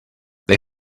they